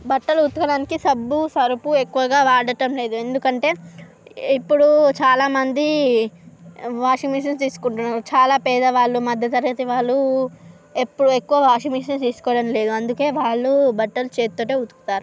బట్టలు ఉతకడానికి సబ్బు సర్ఫు ఎక్కువగా వాడటం లేదు ఎందుకంటే ఇప్పుడు చాలా మంది వాషింగ్ మిషన్ తీసుకుంటున్నారు చాలా పేదవాళ్ళు మధ్యతరగతి వాళ్ళు ఎప్పుడు ఎక్కువ వాషింగ్ మిషన్ తీసుకోవడం లేదు అందుకే వాళ్ళు బట్టలు చేత్తోటే ఉతుకుతారు